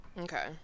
Okay